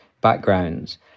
backgrounds